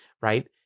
right